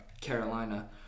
Carolina